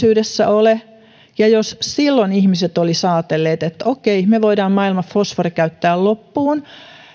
kaukana menneisyydessä ole ja jos silloin ihmiset olisivat ajatelleet että okei me voimme maailman fosforin käyttää loppuun